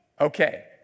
Okay